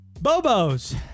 Bobo's